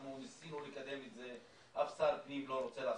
ניסינו לקדם את זה ואף שר פנים לא רוצה לעשות.